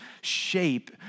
shape